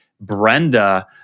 Brenda